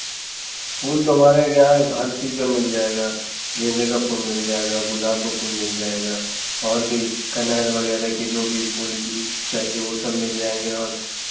फूल तो हमारे के यहाँ हर चीज़ का मिल जाएगा आपको गेंदे का फूल मिल जाएगा गुलाब का फूल मिल जाएगा और भी कनैल वगैरह की जो भी फूल चाहिये वे सब मिल जाएँगे और